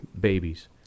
babies